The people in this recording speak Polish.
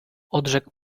odrzekł